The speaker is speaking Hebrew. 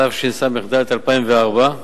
התשס"ד 2004,